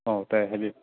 ꯑꯥꯎ ꯇꯥꯏ ꯍꯥꯏꯕꯤꯌꯨ